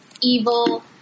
evil